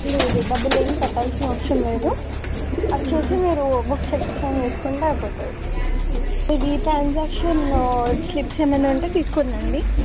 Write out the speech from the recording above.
లేదు డబ్బులు ఏం కట్టాల్సిన అవసరం లేదు వచ్చేసి మీరు బుక్స్ ఎక్స్చేంజ్ చేసుకుంటే అయిపోతుంది ఇది ట్రాన్సాక్షన్ స్లిప్స్ ఏమైనా ఉంటే తీసుకోని రండి